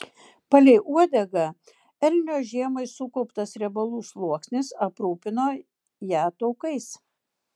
palei uodegą elnio žiemai sukauptas riebalų sluoksnis aprūpino ją taukais